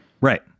Right